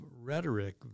rhetoric